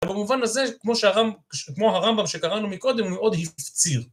ובמובן הזה כמו שהרמ.. כמו הרמב״ם שקראנו מקודם הוא מאוד הפציר